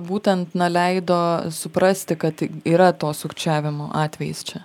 būtent na leido suprasti kad yra to sukčiavimo atvejis čia